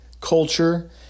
culture